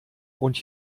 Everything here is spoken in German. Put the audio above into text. und